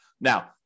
Now